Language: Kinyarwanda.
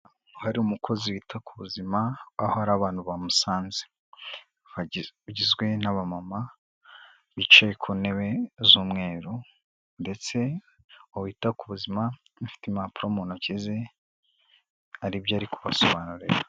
Hari umukozi wita ku buzima aho hari abantu bamusanze bagizwe n'abamama bicaye ku ntebe z'umweru ndetse uwo wita ku buzima afite impapuro mu ntoki ze haribyo ari kubasobanurira.